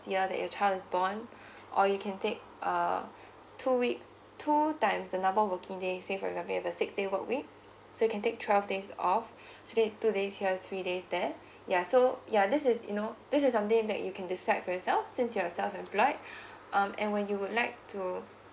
year that your child is born or you can take uh two weeks two times a number of working days say for example you've six days work week so can take twelve days off two days two days here three days there yeah so yeah this is you know this is something that you can decide for yourself since you're self employed um and when you would like to